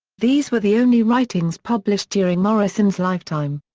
these were the only writings published during morrison's lifetime.